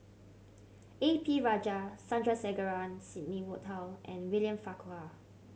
A P Rajah Sandrasegaran Sidney Woodhull and William Farquhar